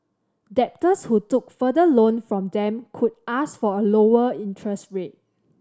debtors who took further loan from them could ask for a lower interest rate